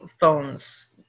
phones